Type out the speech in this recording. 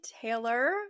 Taylor